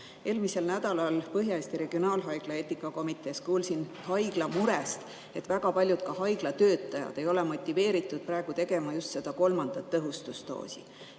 Eelmisel nädalal Põhja-Eesti Regionaalhaigla eetikakomitees kuulsin haigla murest, et ka väga paljud haiglatöötajad ei ole motiveeritud praegu tegema just seda kolmandat, tõhustusdoosi.